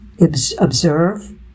observe